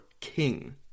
King